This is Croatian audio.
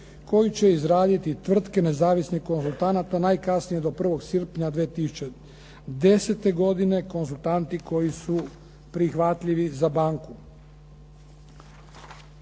koju će izraditi tvrtke nezavisnih konzultanata najkasnije do 1. srpnja 2010., konzultanti koji su prihvatljivi za banku.